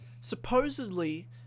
Supposedly